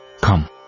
Come